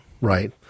right